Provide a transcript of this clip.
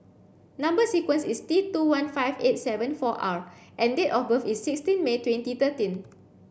number sequence is T two one five eight three seven four R and date of birth is sixteen May twenty thirteen